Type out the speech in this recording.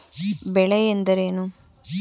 ಬೆಳೆ ಎಂದರೇನು?